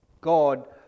God